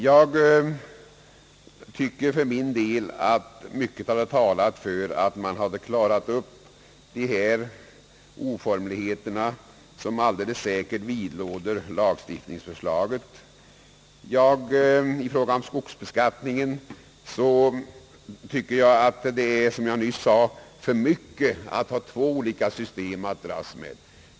Jag tycker för min del att mycket talar för att man genom utredning kunnat komma till rätta med de oformligheter som alldeles säkert vidlåder lagförslaget. I fråga om skogsbeskattningen tycker jag, som jag nyss sade, att det är för mycket att ha två system att dras med.